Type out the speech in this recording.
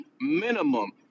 minimum